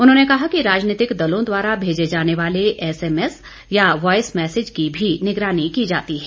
उन्होंने कहा कि राजनीतिक दलों द्वारा भेजे जाने वाले एसएमएस या वाईस मैसिज की भी निगरानी की जाती है